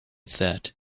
said